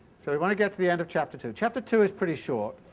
so we will get to the end of chapter two. chapter two is pretty short.